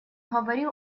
говорил